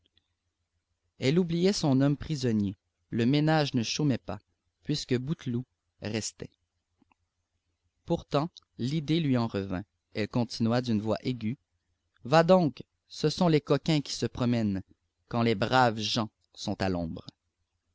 elle oubliait son homme prisonnier le ménage ne chômait pas puisque bouteloup restait pourtant l'idée lui en revint elle continua d'une voix aiguë va donc ce sont les coquins qui se promènent quand les braves gens sont à l'ombre